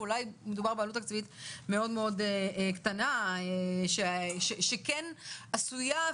ואולי מדובר בעלות תקציבית מאוד קטנה שכן עשויה.